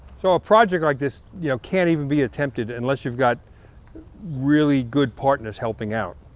so a project like this, you know, can't even be attempted unless you've got really good partners helping out.